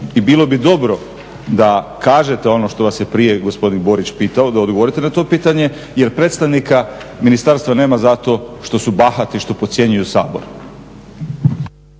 I bilo bi dobro da kažete ono što vas je prije gospodin Borić pitao, da odgovorite na to pitanje jer predstavnika ministarstva nema što su bahati, što podcjenjuju Sabor.